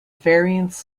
variance